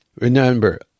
Remember